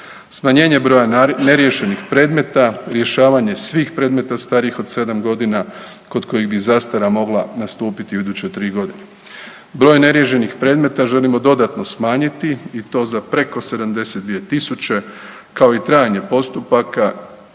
Smanjenje broja neriješenih predmeta, rješavanje svih predmeta starijih od 7 godina kod kojih bi zastara mogla stupiti u iduće 3 godine. Broj neriješenih predmeta želimo dodatno smanjiti i to za preko 72 000 kao i trajanje postupaka